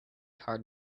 hard